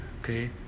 okay